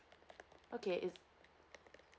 okay is